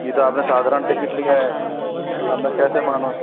ये तो आपने साधारण टिकट लिया है अब मैं कैसे मानूं